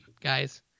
guys